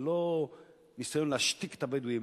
ולא ניסיון להשתיק את הבדואים,